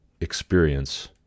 experience